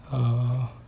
uh